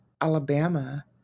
Alabama